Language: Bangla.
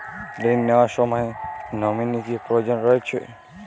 ঋণ নেওয়ার সময় নমিনি কি প্রয়োজন রয়েছে?